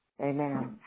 amen